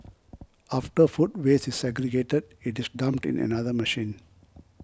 after food waste is segregated it is dumped in another machine